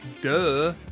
Duh